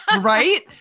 Right